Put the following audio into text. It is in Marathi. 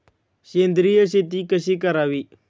सेंद्रिय शेती कशी करावी?